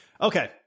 okay